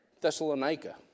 Thessalonica